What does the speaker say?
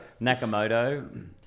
Nakamoto